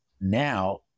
now